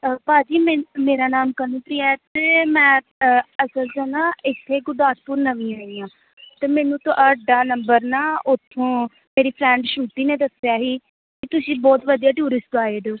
ਭਾਅ ਜੀ ਮਿਨ ਮੇਰਾ ਨਾਮ ਕਨੂੰ ਪ੍ਰਿਆ ਹੈ ਅਤੇ ਮੈਂ ਅਸਲ 'ਚ ਨਾ ਇੱਥੇ ਗੁਰਦਾਸਪੁਰ ਨਵੀਂ ਆਈ ਹਾਂ ਅਤੇ ਮੈਨੂੰ ਤੁਹਾਡਾ ਨੰਬਰ ਨਾ ਉੱਥੋਂ ਮੇਰੀ ਫਰੈਂਡ ਸ਼ਰੂਤੀ ਨੇ ਦੱਸਿਆ ਸੀ ਕਿ ਤੁਸੀਂ ਬਹੁਤ ਵਧੀਆ ਟੂਰਿਸਟ ਗਾਈਡ ਹੋ